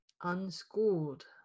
unschooled